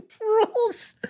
rules